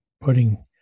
putting